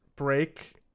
Break